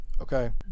Okay